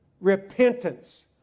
Repentance